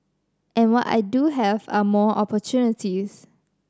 and what I do have are more opportunities